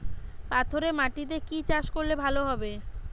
পাথরে মাটিতে কি চাষ করলে ভালো হবে?